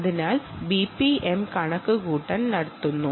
അതിനാൽ ബിപിഎം കണക്കുകൂട്ടൽ നടത്തുന്നു